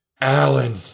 Alan